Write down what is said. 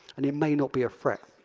and it may not be a threat.